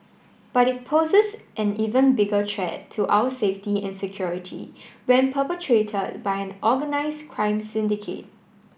but it poses an even bigger threat to our safety and security when perpetrated by an organised crime syndicate